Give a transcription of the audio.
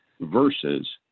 versus